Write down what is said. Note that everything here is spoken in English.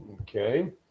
Okay